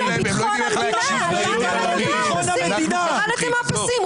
--- אנשים נאורים --- ירדתם מהפסים.